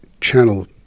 channel